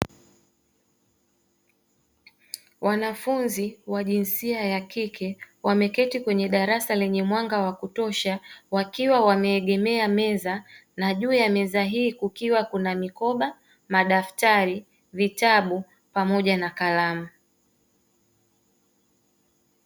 Wanafunzi wa jinsia ya kike wameketi kwenye darasa lenye mwanga wa kutosha wakiwa wameegemea meza, na juu ya meza hiyo kukiwa kuna mikoba, madaftari, vitabu pamoja na kalamu.